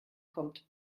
kommt